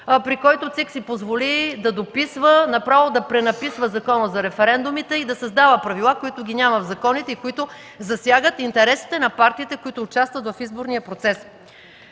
при който ЦИК си позволи да дописва, направо да пренаписва Закона за референдумите и да създава правила, които ги няма в закона и които засягат интересите на партиите, които участват в изборния процес.